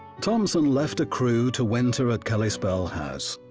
thompson left a crew to winter at kullyspell house,